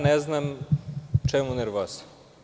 Ne znam čemu nervoza.